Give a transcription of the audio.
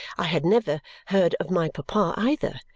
i had never heard of my papa either,